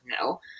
No